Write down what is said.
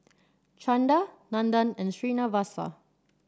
Chanda Nandan and Srinivasa